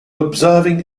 observing